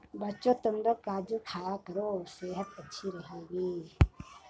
बच्चों, तुमलोग काजू खाया करो सेहत अच्छी रहेगी